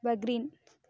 Bahrain